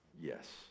yes